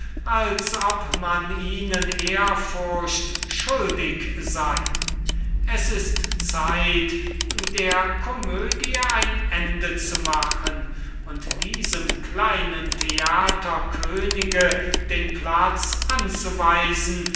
wird daß man ihnen ehrfurcht schuldig sei es ist zeit der komödie ein ende zu machen und diesem kleinen theater könige den platz anzuweisen